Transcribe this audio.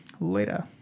Later